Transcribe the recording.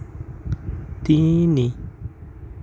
তিনি